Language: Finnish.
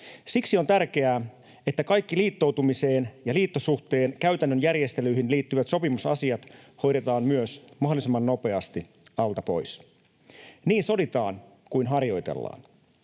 Siksi on tärkeää, että kaikki liittoutumiseen ja liittosuhteen käytännön järjestelyihin liittyvät sopimusasiat hoidetaan myös mahdollisimman nopeasti alta pois. Niin soditaan kuin harjoitellaan.